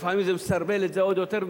ולפעמים זה מסרבל את זה עוד יותר,